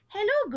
Hello